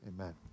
Amen